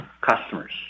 customers